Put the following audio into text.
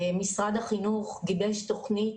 משרד החינוך גיבש תוכנית.